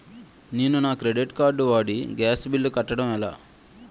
నేను నా credit card వాడి గ్యాస్ బిల్లు కట్టడం ఎలా?